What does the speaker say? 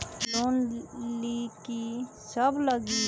Loan लिए की सब लगी?